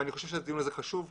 ואני חושב שהדיון הזה חשוב מאוד.